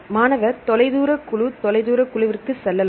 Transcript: மாணவர் தொலைதூரக் குழு தொலைதூரக் குழுவுக்குச் செல்லவும்